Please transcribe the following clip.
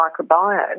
microbiome